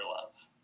Love